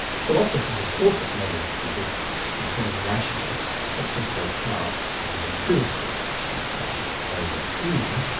philosophers of course acknowledge the difference between rationalists such as descartes and empiricists such as david hume,